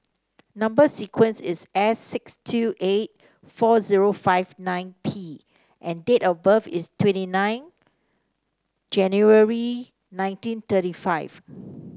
number sequence is S six two eight four zero five nine P and date of birth is twenty nine January nineteen thirty five